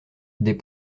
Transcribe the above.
des